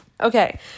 Okay